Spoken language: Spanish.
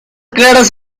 claras